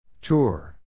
Tour